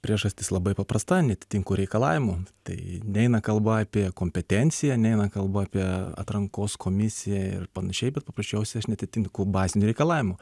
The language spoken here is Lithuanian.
priežastis labai paprasta neatitinku reikalavimų tai neina kalba apie kompetenciją neina kalba apie atrankos komisiją ir panašiai bet paprasčiausiai aš neatitinku bazinių reikalavimų